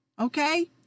okay